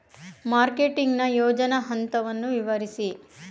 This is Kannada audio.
ಮಾರ್ಕೆಟಿಂಗ್ ನ ಯೋಜನಾ ಹಂತವನ್ನು ವಿವರಿಸಿ?